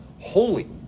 holy